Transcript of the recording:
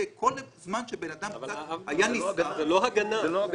כל זמן שבן אדם היה נסער --- אבל זו לא הגנה.